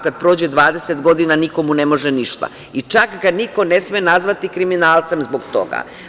Kada prođe 20 godina, niko mu ne može ništa i čak ga ne sme niko nazvati kriminalcem zbog toga.